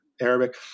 Arabic